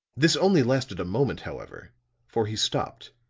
this only lasted a moment, however for he stopped,